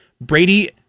Brady